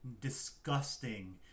disgusting